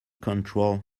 control